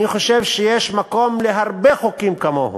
אני חושב שיש מקום להרבה חוקים כמוהו,